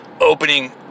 opening